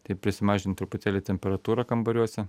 tai prisimažint truputėlį temperatūrą kambariuose